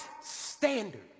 standard